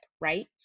right